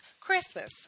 Christmas